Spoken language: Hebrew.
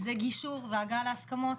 זה גישור והגעה להסכמות.